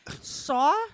Saw